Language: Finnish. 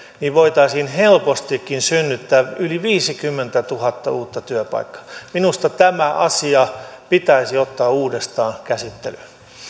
niin voitaisiin helpostikin synnyttää yli viisikymmentätuhatta uutta työpaikkaa minusta tämä asia pitäisi ottaa uudestaan käsittelyyn